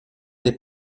des